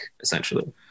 essentially